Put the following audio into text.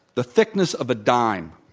the thickness of a dime.